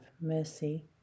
mercy